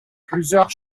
plusieurs